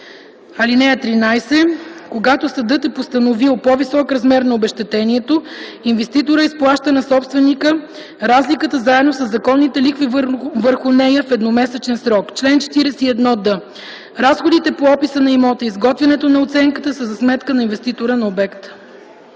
закон. (13) Когато съдът е постановил по-висок размер на обезщетението, инвеститорът изплаща на собственика разликата заедно със законните лихви върху нея в едномесечен срок. Чл. 41д. Разходите по описа на имота и изготвянето на оценката са за сметка на инвеститора на обекта.”